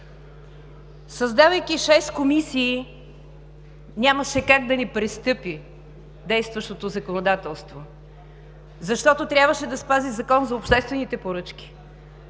Създавайки шест комисии, нямаше как да не престъпи действащото законодателство, защото трябваше да спази Закона за обществените поръчки,